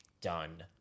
done